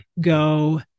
go